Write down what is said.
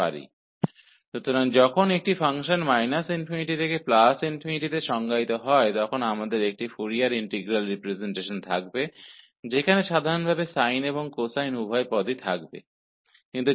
इसलिए जब एक फ़ंक्शन को −∞ से ∞ में परिभाषित किया जाता है तो हमारे पास एक फोरियर साइन इंटीग्रल रिप्रजेंटेशन होगा जिसमें सामान्य रूप से साइन और कोसाइन दोनों टर्म होंगे